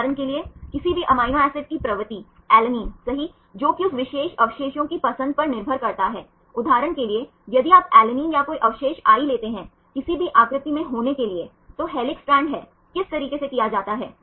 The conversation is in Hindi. उदाहरण के लिए किसी भी अमीनो एसिड की प्रवृत्ति अलैनिन सही जो कि उस विशेष अवशेषों की पसंद पर निर्भर करता है उदाहरण के लिए यदि आप एलानिन या कोई अवशेष i लेते हैं किसी भी आकृति में होने के लिए तो हेलिक्स स्ट्रैंड्स है किस तरीके से किया जाता है